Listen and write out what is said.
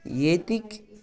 ییٚتِکۍ